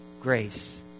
Grace